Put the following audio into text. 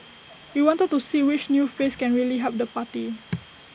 we wanted to see which new face can really help the party